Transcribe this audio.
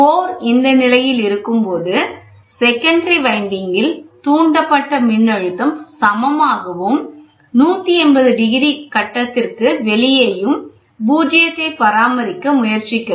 core இந்த நிலையில் இருக்கும்போது செகண்டரி வைண்டிங்களில் தூண்டப்பட்ட மின்னழுத்தம் சமமாகவும் 180 டிகிரி கட்டத்திற்கு வெளியேயும் பூஜ்ஜியத்தை பராமரிக்க முயற்சிக்கிறது